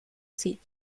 seat